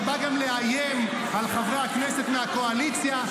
שגם בא לאיים על חברי הכנסת מהקואליציה.